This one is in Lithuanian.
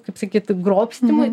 kaip sakyt grobstymui